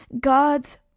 God's